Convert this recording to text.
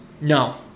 No